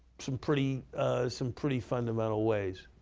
some pretty some pretty fundamental ways.